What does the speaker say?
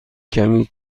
کمی